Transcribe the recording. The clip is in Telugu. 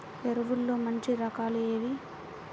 ఎరువుల్లో మంచి రకాలు ఏవి?